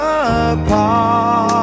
apart